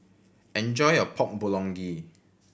enjoy your Pork Bulgogi